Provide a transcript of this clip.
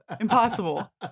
impossible